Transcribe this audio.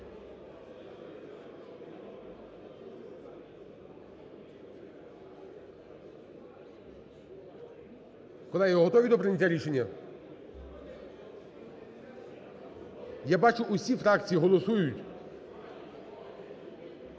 Колеги, готові до прийняття рішення? Я бачу, всі фракції голосують.